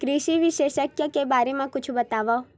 कृषि विशेषज्ञ के बारे मा कुछु बतावव?